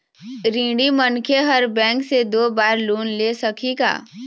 ऋणी मनखे हर बैंक से दो बार लोन ले सकही का?